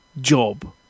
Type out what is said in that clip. job